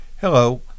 Hello